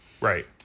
right